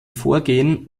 vorgehen